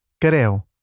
Creo